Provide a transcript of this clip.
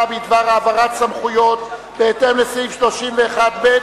בדבר העברת סמכויות בהתאם לסעיף 31(ב)